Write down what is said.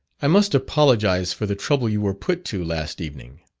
i must apologize for the trouble you were put to last evening.